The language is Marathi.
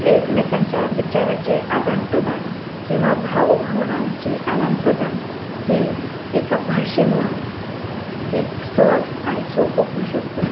एकमेकांच्या विचाराचे आदानप्रदान किंवा भावभावनांचे आदानप्रदान हे एका भाषेमुळं एक सहज आणि सोपं होऊ शकतं